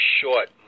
short